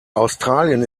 australien